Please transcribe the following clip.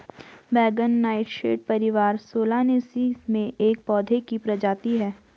बैंगन नाइटशेड परिवार सोलानेसी में एक पौधे की प्रजाति है